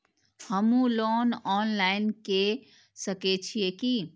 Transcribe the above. हमू loan online के सके छीये की?